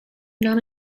non